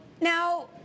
Now